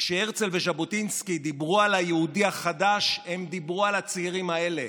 כשהרצל וז'בוטינסקי דיברו על היהודי החדש הם דיברו על הצעירים האלה,